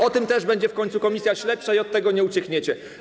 O tym też będzie w końcu komisja śledcza i od tego nie uciekniecie.